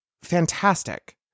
fantastic